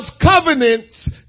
covenants